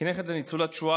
כנכד לניצולת שואה,